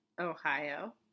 Ohio